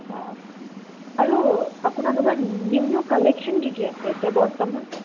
আচ্ছা আৰু আপোনালোকৰ নিউ নিউ কালেকশ্য়ন কি কি আছে এতিয়া বৰ্তমান